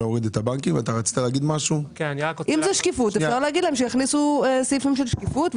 אם זו השקיפות אפשר להגיד להם שיכניסו סעיפים של שקיפות,